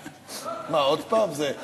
מה, עוד פעם זה?